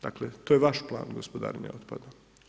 Dakle to je vaš plan gospodarenje otpadom.